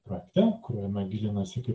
projekte kuriame gilinasi kaip